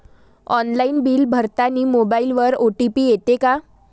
Online bill भरतानी मोबाईलवर OTP येते का?